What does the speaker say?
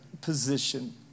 position